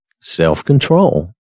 self-control